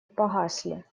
погасли